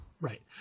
Right